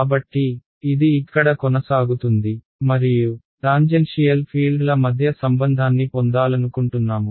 కాబట్టి ఇది ఇక్కడ కొనసాగుతుంది మరియు టాంజెన్షియల్ ఫీల్డ్ల మధ్య సంబంధాన్ని పొందాలనుకుంటున్నాము